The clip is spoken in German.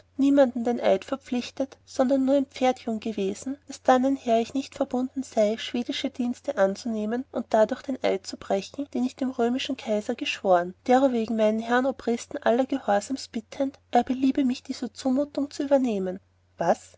niemalen mit eid verpflichtet sondern nur ein pferdjung gewesen daß dannenher ich nicht verbunden sei schwedische dienste anzunehmen und dadurch den eid zu brechen den ich dem römischen kaiser geschworen derowegen meinen hochg herrn obristen allergehorsamst bittend er beliebe mich dieser zumutung zu überheben was